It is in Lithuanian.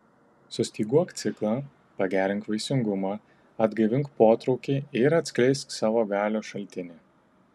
sustyguok ciklą pagerink vaisingumą atgaivink potraukį ir atskleisk savo galios šaltinį